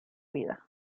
vida